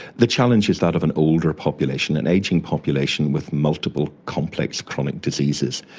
the challenge is that of an older population, an ageing population with multiple complex chronic diseases.